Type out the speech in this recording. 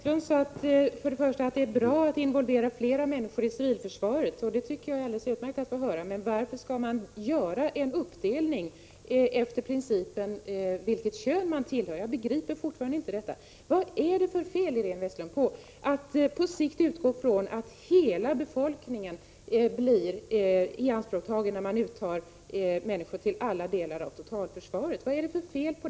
Herr talman! Iréne Vestlund sade att det är bra att involvera fler människor i civilförsvaret. Det tycker jag är alldeles utmärkt att få höra. Men varför skall man göra en uppdelning efter principen vilket kön man tillhör? Jag begriper fortfarande inte det. Vad är det för fel, Iréne Vestlund, i att på sikt utgå ifrån att hela befolkningen blir i anspråktagen när man tar ut människor till alla delar av totalförsvaret?